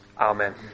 Amen